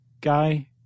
guy